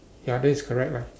ya then it's correct lah